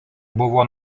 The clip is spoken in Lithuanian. buvo